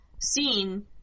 seen